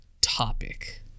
topic